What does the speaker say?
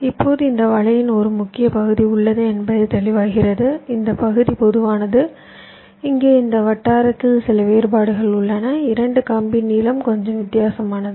இப்போது இந்த வலையின் ஒரு முக்கிய பகுதி உள்ளது என்பது தெளிவாகிறது இந்த பகுதி பொதுவானது இங்கே இந்த வட்டாரத்தில் சில வேறுபாடுகள் உள்ளன 2 கம்பி நீளம் கொஞ்சம் வித்தியாசமானது